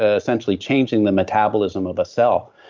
ah essentially changing the metabolism of a cell.